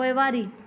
पोइवारी